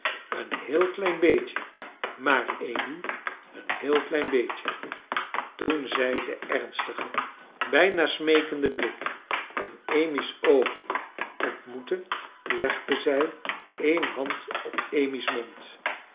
een heel klein beetje maar amy een heel klein beetje toen zij den ernstigen bijna smeekenden blik in amy's oogen ontmoette legde zij een hand op amy's mond